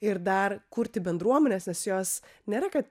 ir dar kurti bendruomenes nes jos nėra kad